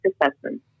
assessment